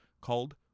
called